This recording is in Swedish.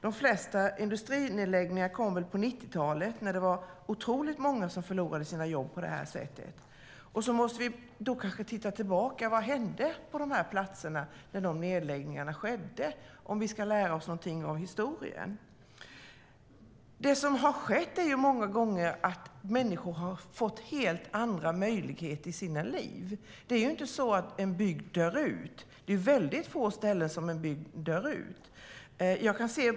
De flesta industrinedläggningar skedde på 90-talet då det var otroligt många som förlorade sina jobb. Vi måste kanske titta tillbaka och se på vad som hände med dessa platser när nedläggningarna skedde, om vi ska lära oss någonting av historien. Det som har många gånger har hänt är att människor har fått helt andra möjligheter i sina liv. Det är ju inte så att en bygd dör ut. Det händer på väldigt få ställen.